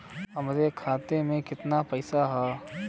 हमरे खाता में कितना पईसा हौ?